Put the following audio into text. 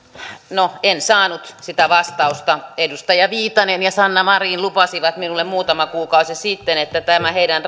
no en saanut sitä vastausta edustaja viitanen ja sanna marin lupasivat minulle muutama kuukausi sitten että tämä heidän